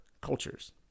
cultures